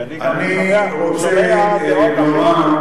כי אני שומע גם דעות אחרות